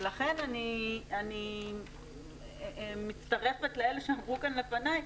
לכן אני מצטרפת לאלה שאמרו כאן לפני,